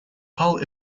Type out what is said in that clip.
palm